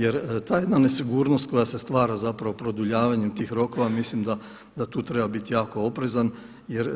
Jer ta jedna nesigurnost koja se stvara zapravo produljavanjem tih rokova, mislim d tu treba biti jako oprezan jer